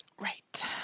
Right